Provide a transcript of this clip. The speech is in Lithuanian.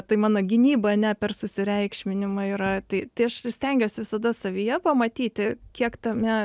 tai mano gynyba ane per susireikšminimą yra tai tai aš stengiuosi visada savyje pamatyti kiek tame